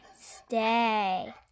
Stay